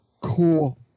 Cool